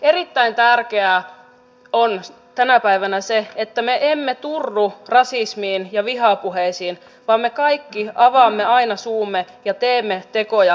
erittäin tärkeää on tänä päivänä se että me emme turru rasismiin ja vihapuheisiin vaan me kaikki avaamme aina suumme ja teemme tekoja rasismia vastaan